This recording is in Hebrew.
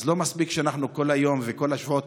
אז לא מספיק שאנחנו כל היום וכל השבועות